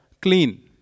clean